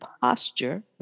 posture